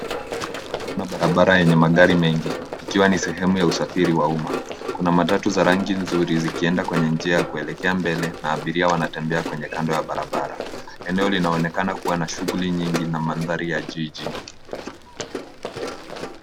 Hapa ni barabara yenye magari mengi, ikiwa ni sehemu ya usafiri wa umma. Kuna matatu za rangi nzuri zikienda kwenye njia ya kuelekea mbele na abiria wanatembea kwenye kando ya barabara. Eneo linaonekana kuwa na shughuli nyingi na mandhari ya jiji.